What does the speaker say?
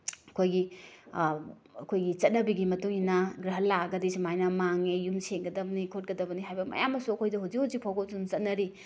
ꯑꯩꯈꯣꯏꯒꯤ ꯑꯩꯈꯣꯏꯒꯤ ꯆꯠꯅꯕꯤꯒꯤ ꯃꯇꯨꯡ ꯏꯟꯅ ꯒ꯭ꯔꯍꯟ ꯂꯥꯛꯑꯒꯗꯤ ꯁꯨꯃꯥꯏꯅ ꯃꯥꯡꯉꯦ ꯌꯨꯝ ꯁꯦꯡꯒꯗꯕꯅꯤ ꯈꯣꯠꯀꯗꯕꯅꯤ ꯍꯥꯏꯕ ꯃꯌꯥꯝ ꯑꯃꯁꯨ ꯑꯩꯈꯣꯏꯗ ꯍꯧꯖꯤꯛ ꯍꯧꯖꯤꯛ ꯐꯥꯎꯕ ꯑꯗꯨꯝ ꯆꯠꯅꯔꯤ